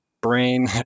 Brain